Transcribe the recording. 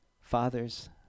Father's